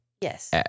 Yes